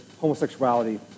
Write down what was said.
homosexuality